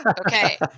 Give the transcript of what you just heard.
Okay